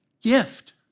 gift